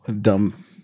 Dumb